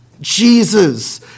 Jesus